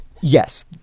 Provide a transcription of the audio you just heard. Yes